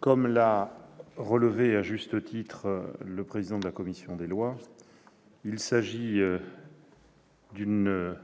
Comme vient de le relever à juste titre le président de la commission des lois, il s'agit d'une